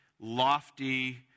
lofty